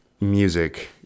music